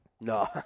No